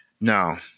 Now